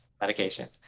medication